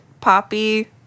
poppy